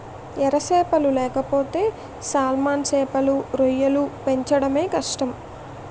ఎర సేపలు లేకపోతే సాల్మన్ సేపలు, రొయ్యలు పెంచడమే కష్టం